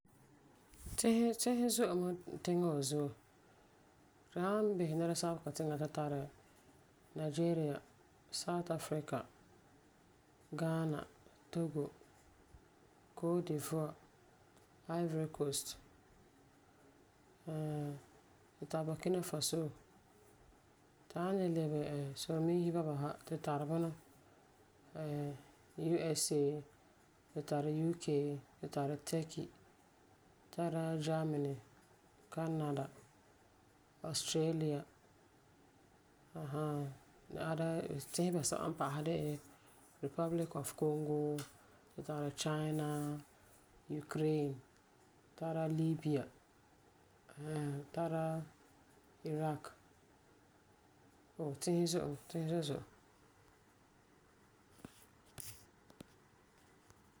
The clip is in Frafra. Tisi, tisi zo'e mɛ tiŋa wa zuo. Tu san bisɛ nɛresabelega tiŋa tu tari Nigeria, South Africa, Ghana, Togo, Côte d'Ivoire, Ivory Coast Tu tari Burkina Fasa. Tu san le lebe solemiisi bɔba sa tu tari bunɔ USA, tu tari UK, tu tari Turkey. Tara Germany, Canada, Australia ɛɛn hɛɛn Other tisi basɛba n pa'asɛ de la Republic Of Congo, tu tari China, Ukraine. Tara Libya ɛɛn hɛɛn, tara Iraq. Oo tisi zo'e mɛ. Tisi zo'e zo'e.